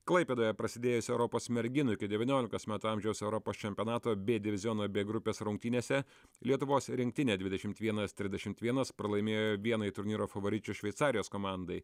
klaipėdoje prasidėjusio europos merginų iki devyniolikos metų amžiaus europos čempionato bė diviziono bė grupės rungtynėse lietuvos rinktinė dvidešimt vienas tridešim vienas pralaimėjo vienai turnyro favoričių šveicarijos komandai